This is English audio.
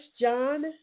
John